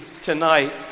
tonight